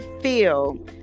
feel